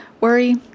worry—